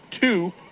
two